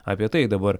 apie tai dabar